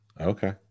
Okay